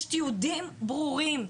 יש תיעודים ברורים,